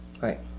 Right